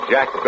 Jack